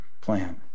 plan